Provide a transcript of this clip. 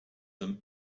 them